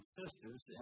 sisters